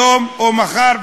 היום או מחר,